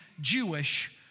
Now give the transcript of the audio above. Jewish